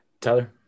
Tyler